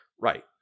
Right